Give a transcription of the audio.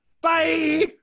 Bye